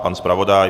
Pan zpravodaj?